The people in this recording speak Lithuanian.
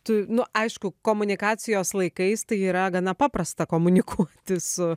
tu nu aišku komunikacijos laikais tai yra gana paprasta komunikuoti su